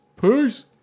Peace